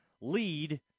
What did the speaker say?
lead